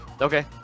Okay